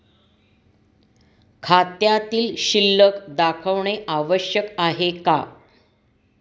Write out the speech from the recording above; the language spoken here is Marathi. खात्यातील शिल्लक दाखवणे आवश्यक आहे का?